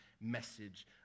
message